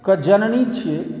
के जननी छियै